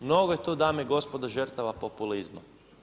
Mnogo je tu dame i gospodo žrtava populizma.